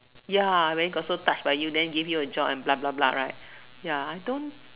ya I mean got so touched by you and then give you a job and blah blah blah right ya I don't